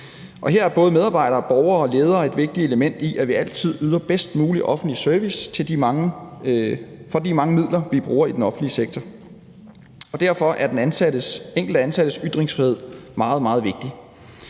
her er både medarbejdere og borgere og ledere et vigtigt element i, at vi altid yder den bedst mulige offentlige service for de mange midler, vi bruger i den offentlige sektor. Og derfor er den enkelte ansattes ytringsfrihed meget, meget